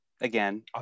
again